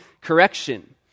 correction